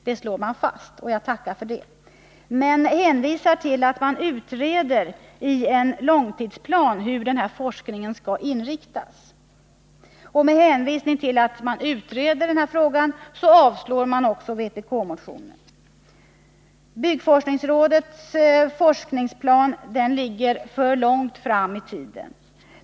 Det slår man fast, och jag tackar för det. Man hänvisar till att man i en långtidsplan utreder hur denna forskning skall inriktas, och med hänvisning till att frågan utreds avstyrker man också vpk-motionen. Byggforskningsrådets forskningsplan ligger för långt fram i tiden.